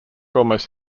almost